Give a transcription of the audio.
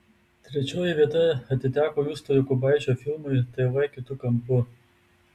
trečioji vieta atiteko justo jokubaičio filmui tv kitu kampu